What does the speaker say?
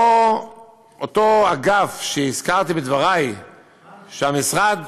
אותו אגף שהזכרתי בדברי, מנח"י.